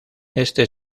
este